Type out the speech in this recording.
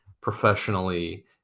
professionally